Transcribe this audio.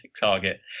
target